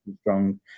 strong